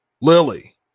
lily